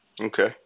Okay